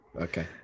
Okay